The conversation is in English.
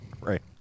Right